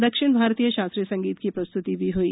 दक्षिण भारतीय शास्त्रीय संगीत की प्रस्त्ति भी हई